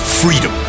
freedom